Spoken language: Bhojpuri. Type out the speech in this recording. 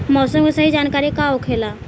मौसम के सही जानकारी का होखेला?